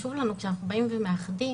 חשוב לנו, עת אנחנו באים ומאחדים,